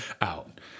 out